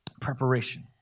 preparation